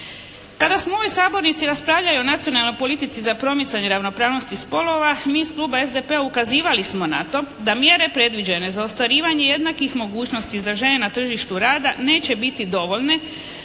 Kada smo u ovoj sabornici raspravljali o nacionalnoj politici za promicanje ravnopravnosti spolova mi iz Kluba SDP-a ukazivali smo na to da mjere predviđene za ostvarivanje jednakih mogućnosti za žene na tržištu rada neće biti dovoljne